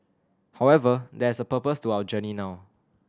however there is a purpose to our journey now